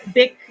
big